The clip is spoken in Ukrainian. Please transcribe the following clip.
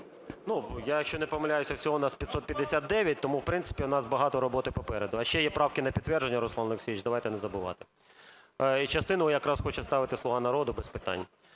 Ну, якщо не помиляюся, всього у нас 559, тому, в принципі, у нас багато роботи попереду. А ще є правки на підтвердження, Руслан Олексійович, давайте не забувати. Частину якраз хоче ставити "Слуга народу", без питань.